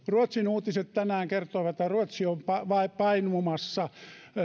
ruotsin uutiset tänään kertoivat että ruotsi on painumassa